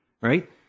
right